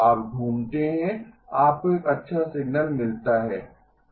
आप घूमते हैं आपको एक अच्छा सिग्नल मिलता है